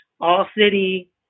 All-City